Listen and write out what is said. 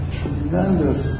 tremendous